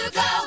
go